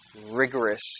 rigorous